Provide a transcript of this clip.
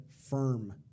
firm